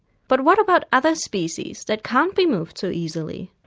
but what about other species that can't be moved so easily?